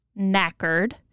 knackered